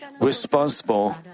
responsible